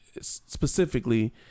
specifically